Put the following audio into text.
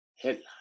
Headline